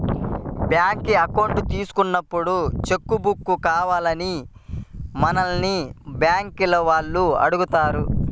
bank account తీసుకున్నప్పుడే cheque book కావాలా అని మనల్ని బ్యేంకుల వాళ్ళు అడుగుతారు